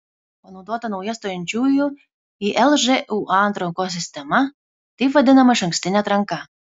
panaudota nauja stojančiųjų į lžūa atrankos sistema taip vadinama išankstinė atranka